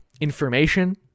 information